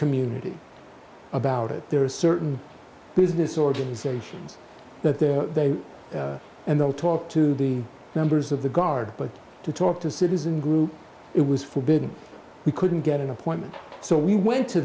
community about it there are certain business organizations that they're there and they'll talk to the members of the guard but to talk to citizen groups it was forbidden we couldn't get an appointment so we went to